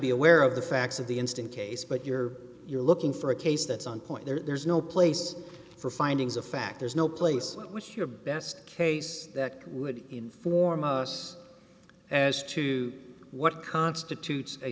be aware of the facts of the instant case but you're you're looking for a case that's on point there's no place for findings of fact there's no place which your best case that would inform us as to what constitutes a